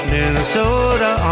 Minnesota